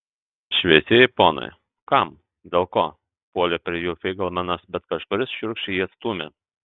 šviesieji ponai kam dėl ko puolė prie jų feigelmanas bet kažkuris šiurkščiai jį atstūmė